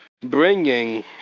bringing